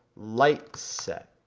light set,